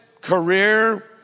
career